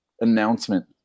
announcement